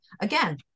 Again